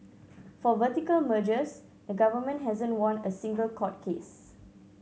for vertical mergers the government hasn't won a single court case